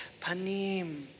Panim